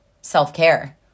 self-care